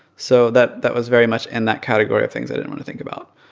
so that that was very much in that category of things i didn't want to think about.